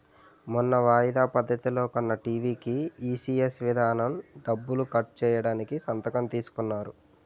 మొన్న వాయిదా పద్ధతిలో కొన్న టీ.వి కీ ఈ.సి.ఎస్ విధానం డబ్బులు కట్ చేయడానికి సంతకం తీసుకున్నారు